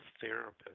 therapist